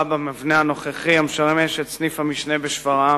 במבנה הנוכחי המשמש את סניף-המשנה בשפרעם.